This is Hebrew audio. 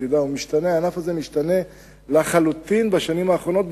הענף הזה משתנה לחלוטין בשנים האחרונות,